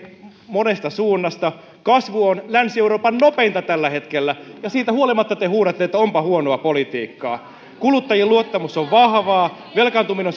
monesta suunnasta kasvu on länsi euroopan nopeinta tällä hetkellä ja siitä huolimatta te huudatte että onpa huonoa politiikkaa kuluttajien luottamus on vahvaa velkaantuminen